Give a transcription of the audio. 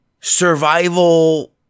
survival